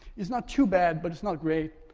it's not too bad, but it's not great.